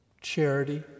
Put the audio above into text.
Charity